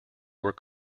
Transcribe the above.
were